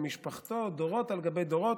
ומשפחתו, דורות על גבי דורות,